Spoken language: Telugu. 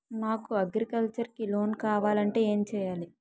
నాకు అగ్రికల్చర్ కి లోన్ కావాలంటే ఏం చేయాలి?